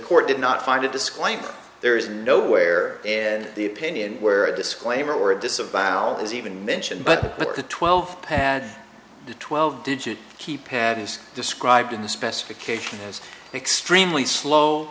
court did not find a disclaimer there is nowhere in the opinion where a disclaimer or a disavowal is even mentioned but the twelve pad the twelve digit keypad is described in the specification is extremely slow